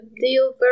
deal